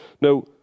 Now